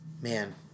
man